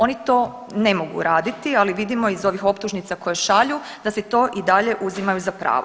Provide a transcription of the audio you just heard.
Oni to ne mogu raditi, ali vidimo iz ovih optužnica koje šalju da si ti i dalje uzimaju za pravo.